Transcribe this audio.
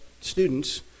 students